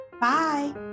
Bye